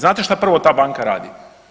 Znate šta prvo ta banka radi?